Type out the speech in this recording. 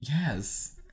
Yes